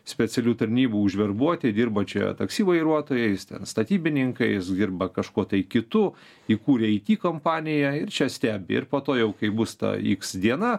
specialių tarnybų užverbuoti dirba čia jie taksi vairuotojais statybininkais dirba kažkuo tai kitu įkūrė it kompaniją ir čia stebi ir po to jau kai bus ta iks diena